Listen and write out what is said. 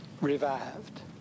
revived